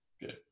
Good